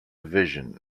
vision